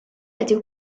ydyw